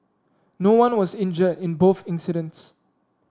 no one was injured in both incidents